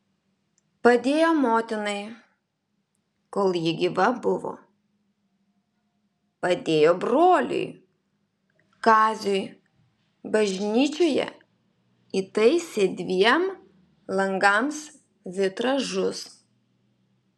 padėjo motinai kol ji gyva buvo padėjo broliui kaziui bažnyčioje įtaisė dviem langams vitražus